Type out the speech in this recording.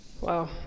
wow